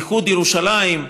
איחוד ירושלים,